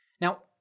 Now